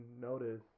notice